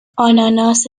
آناناس